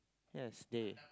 that's Dhey